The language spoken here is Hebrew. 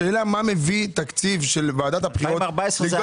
השאלה מה מביא תקציב של ועדת הבחירות.